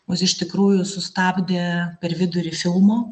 mus iš tikrųjų sustabdė per vidurį filmo